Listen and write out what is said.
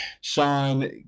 Sean